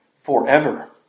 forever